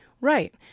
Right